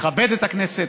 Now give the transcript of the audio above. מכבד את הכנסת,